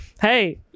Hey